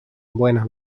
buenas